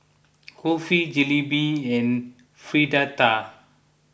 Kulfi Jalebi and Fritada